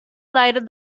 lighted